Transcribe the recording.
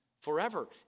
forever